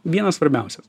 vienas svarbiausias